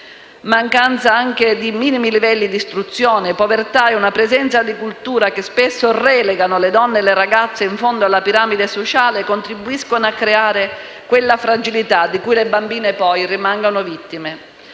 Mancanza dei minimi livelli di istruzione, povertà e presenza di culture che spesso relegano le donne in fondo alla piramide sociale contribuiscono a creare quella fragilità di cui le bambine, poi, rimangono vittime.